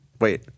Wait